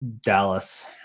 Dallas